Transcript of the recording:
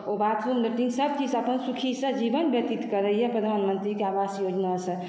ओ bathroom latrine सब किछु अपन सुखीसँ जीवन व्यतीत करैए प्रधानमंत्रीके आवास योजनासँ